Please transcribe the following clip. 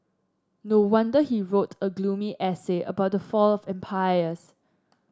no wonder he wrote a gloomy essay about the fall of empires